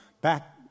back